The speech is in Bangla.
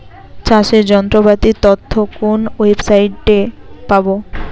চাষের যন্ত্রপাতির তথ্য কোন ওয়েবসাইট সাইটে পাব?